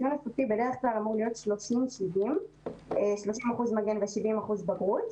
הציון הסופי בדרך כלל אמור להיות מורכב מ-30% מגן ו-70% בגרות,